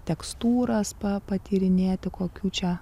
tekstūras pa patyrinėti kokių čia